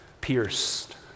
pierced